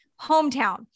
hometown